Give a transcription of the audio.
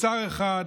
לשר אחד,